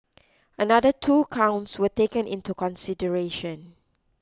another two counts were taken into consideration